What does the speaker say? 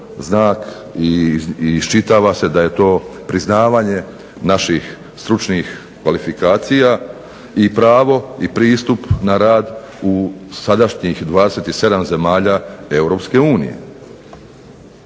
i iščitava se da je to priznavanje naših stručnih kvalifikacija i pravo i pristup na rad u sadašnjih 27 zemalja